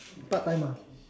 part time ah